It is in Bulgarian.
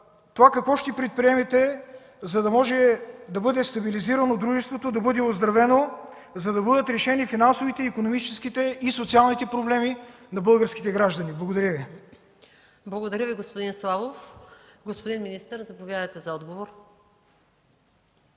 това какво ще предприемете, за да може да бъде стабилизирано дружеството, да бъде оздравено, за да бъдат решени финансовите, икономическите и социалните проблеми на българските граждани. Благодаря Ви. ПРЕДСЕДАТЕЛ МАЯ МАНОЛОВА: Благодаря Ви, господин Славов. Господин министър, заповядайте за отговор.